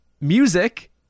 music